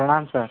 प्रणाम सर